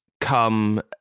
come